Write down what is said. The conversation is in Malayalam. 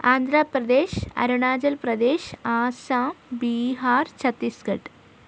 ആന്ധ്രപ്രദേശ് അരുണാചൽപ്രദേശ് ആസ്സാം ബീഹാർ ഛത്തീസ്ഘട്ട്